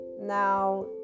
Now